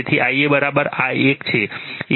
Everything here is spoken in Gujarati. તેથી તે Ia આ એક છે